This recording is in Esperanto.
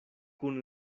kun